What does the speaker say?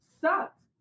sucked